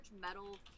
metal